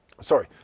Sorry